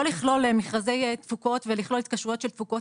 לא לכלול מכרזי תפוקות ולכלול התקשרויות של תפוקות